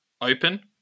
open